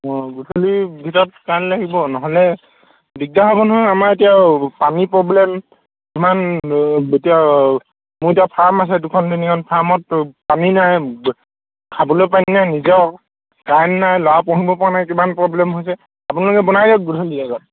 অঁ গধূলিৰ ভিতৰত কাৰেণ্ট লাগিব নহ'লে দিগদাৰ হ'ব নহয় আমাৰ এতিয়া পানী প্ৰব্লেম ইমান এতিয়া মোৰ এতিয়া ফাৰ্ম আছে দুখন তিনিখন ফাৰ্মত পানী নাই খাবলৈ পানী নাই নিজেও কাৰেণ্ট নাই ল'ৰা পঢ়িবপৰা নাই কিমান প্ৰব্লেম হৈছে আপোনালোকে বনাই দিয়ক গধূলিৰ আগত